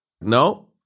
no